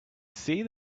see